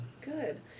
good